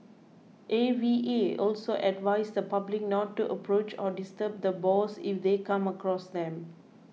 A V A also advised the public not to approach or disturb the boars if they come across them